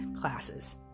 classes